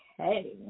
Okay